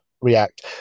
react